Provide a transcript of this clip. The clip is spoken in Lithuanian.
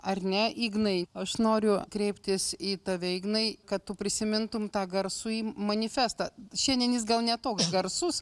ar ne ignai aš noriu kreiptis į tave ignai kad tu prisimintum tą garsųjį manifestą šiandien jis gal ne toks garsus